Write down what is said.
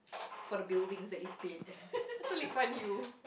for the buildings that you've bid that's Lee-Kuan-Yew